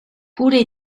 pure